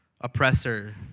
oppressor